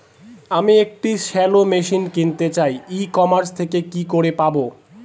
আমি একটি shallow machine কিনতে চাই ই কমার্স থেকে কি করে পাবো?